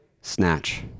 snatch